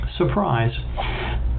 Surprise